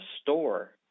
store